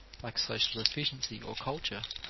like social efficiency or culture,